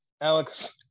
Alex